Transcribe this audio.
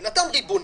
בן אדם ריבוני,